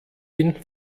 ihn